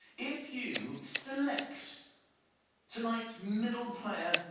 if you select tonight's middle player,